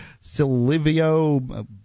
Silvio